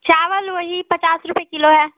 चावल वही पचास रुपये किलो है